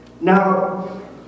Now